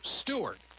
stewart